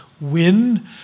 win